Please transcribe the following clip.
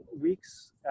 weeks